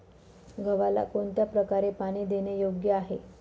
गव्हाला कोणत्या प्रकारे पाणी देणे योग्य आहे?